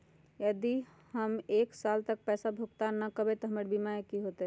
यदि हम एक साल तक पैसा भुगतान न कवै त हमर बीमा के की होतै?